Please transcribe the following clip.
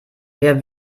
wer